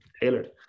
tailored